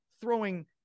throwing